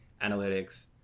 Analytics